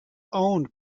owned